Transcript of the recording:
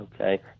Okay